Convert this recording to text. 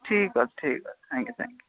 ଠିକ୍ ଅଛି ଠିକ୍ ଅଛି ଥ୍ୟାଙ୍କ ୟୁ ଥ୍ୟାଙ୍କ ୟୁ